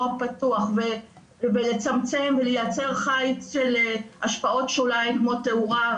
הפתוח ולצמצם ולייצר חיץ של השפעות שוליים כמו תאורה,